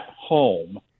home